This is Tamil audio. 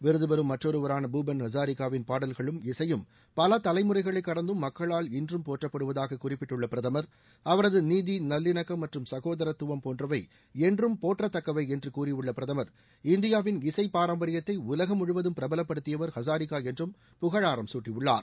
விருது பெறும் மற்றொருவரான பூபென் ஹசாரிகாவின் பாடல்களும் இசையும் பல தலைமுறைகளை கடந்தும் மக்களால் இன்றும் போற்றப்படுவதாக குறிப்பிட்டுள்ள பிரதமர் அவரது நீதி நல்லிணக்கம் மற்றும் ச்கோதரத்துவம் போன்றவை என்றும் போற்றத்தக்கவை என்று கூறியுள்ள பிரதமர் இந்தியாவின் இசை பாரம்பரியத்தை உலகம் முழுவதும் பிரபலபடுத்தியவர் ஹசாரிகா என்றும் புகழாரம் சூட்டியுள்ளார்